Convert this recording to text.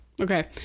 Okay